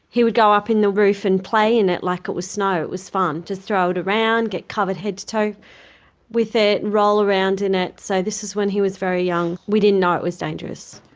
he would go up in the roof and play in it like it was snow. it was fun to throw it around, get covered head to toe with it, roll around in it. so this is when he was very young. we didn't know it was dangerous.